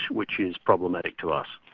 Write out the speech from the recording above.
which is problematic to us.